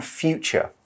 future